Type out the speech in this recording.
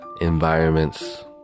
environments